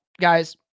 guys